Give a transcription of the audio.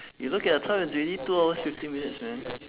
you look at the time it's already two hours fifteen minutes man